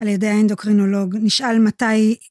על ידי האנדוקרינולוג נשאל מתי